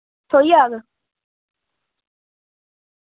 थ्होई जाग